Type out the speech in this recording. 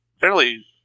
fairly